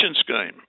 scheme